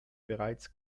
bereits